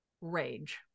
rage